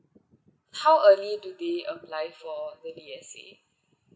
how early do they apply for the D_S_A